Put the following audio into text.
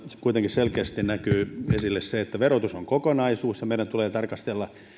kuitenkin selkeästi näkyy se että verotus on kokonaisuus ja meidän tulee tarkastella